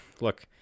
look